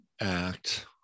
Act